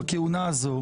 בכהונה הזו,